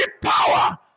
power